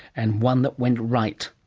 and one that went right,